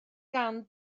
gan